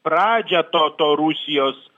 pradžią to to rusijos